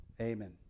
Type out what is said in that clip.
Amen